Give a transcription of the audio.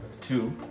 two